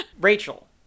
Rachel